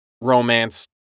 romance